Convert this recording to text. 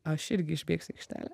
aš irgi išbėgsiu į aikštelę